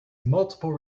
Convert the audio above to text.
multiple